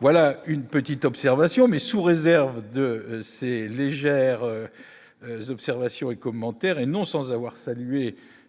voilà une petite observation mais sous réserve de ces légères, les observations et commentaires, et non sans avoir salué